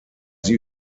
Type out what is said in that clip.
sie